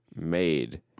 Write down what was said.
made